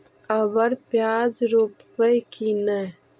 अबर प्याज रोप्बो की नय?